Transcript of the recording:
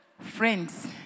Friends